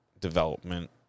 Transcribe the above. development